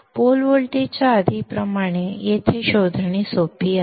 pole voltage च्या आधीप्रमाणे येथे शोधणे सोपे आहे